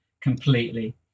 completely